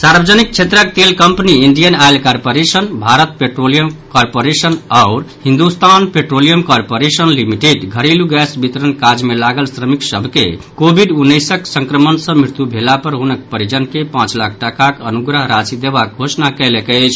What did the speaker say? सार्वजनिक क्षेत्रक तेल company Indian oil corporation Bharat petroleum corporation आओर हिन्दुस्तान पेट्रोलियम कारपोरेशन लिमिटेड घरेलू गैस वितरण काज मे लागल श्रमिक सभ के कोविड उन्नैसक संक्रमण सँ मृत्यु भेला पर हुनक परिजन के पांच लाख टाकाक अनुग्रह राशि देबाक घोषणा कयलक अछि